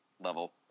level